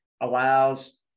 allows